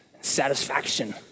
satisfaction